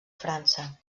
frança